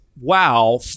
wow